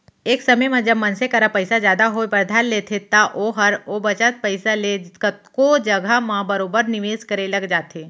एक समे म जब मनसे करा पइसा जादा होय बर धर लेथे त ओहर ओ बचत पइसा ले कतको जघा म बरोबर निवेस करे लग जाथे